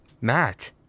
Matt